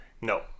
no